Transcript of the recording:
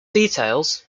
details